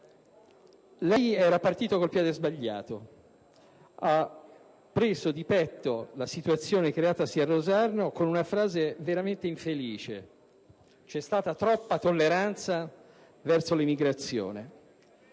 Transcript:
Lei era partito con il piede sbagliato quando ha preso di petto la situazione creatasi a Rosarno con una frase veramente infelice: c'è stata troppa tolleranza verso l'immigrazione.